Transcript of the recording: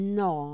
no